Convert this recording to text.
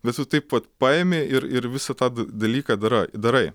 bet tu taip vat paimi ir ir visą tą dalyką dara darai